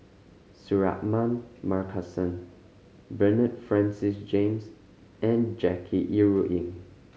Suratman Markasan Bernard Francis James and Jackie Yi Ru Ying